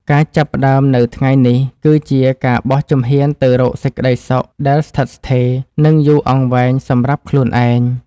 ការចាប់ផ្តើមនៅថ្ងៃនេះគឺជាការបោះជំហានទៅរកសេចក្តីសុខដែលស្ថិតស្ថេរ និង យូរអង្វែងសម្រាប់ខ្លួនឯង។